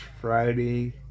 Friday